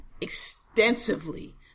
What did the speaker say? extensively